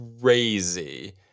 crazy